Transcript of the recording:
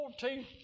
14